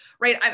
right